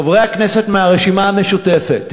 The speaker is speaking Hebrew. חברי הכנסת מהרשימה המשותפת,